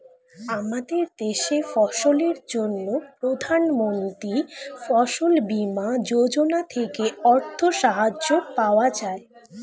আমাদের দেশে ফসলের জন্য প্রধানমন্ত্রী ফসল বীমা যোজনা থেকে অর্থ সাহায্য পাওয়া যায়